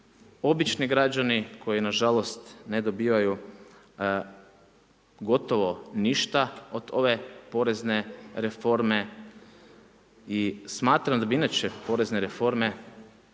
obični građani koji nažalost ne dobivaju gotovo ništa od ove porezne reforme i smatram da bi inače porezne reforme